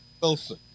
Wilson